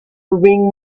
ring